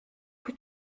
que